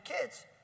kids